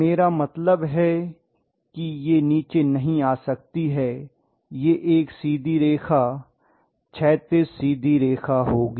मेरा मतलब है कि यह नीचे नहीं आ सकती है यह एक सीधी रेखा क्षैतिज सीधी रेखा होगी